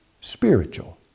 spiritual